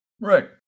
Right